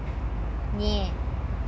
actually I don't agree with that leh